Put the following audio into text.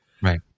right